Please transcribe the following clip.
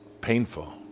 painful